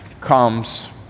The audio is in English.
comes